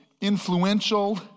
influential